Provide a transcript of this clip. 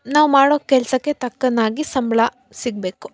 ನಾವು ಮಾಡೋ ಕೆಲಸಕ್ಕೆ ತಕ್ಕನಾಗಿ ಸಂಬಳ ಸಿಗಬೇಕು